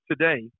today